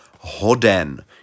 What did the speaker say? hoden